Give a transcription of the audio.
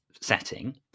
setting